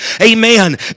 amen